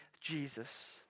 Jesus